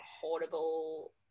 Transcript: horrible